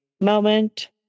moment